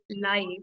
life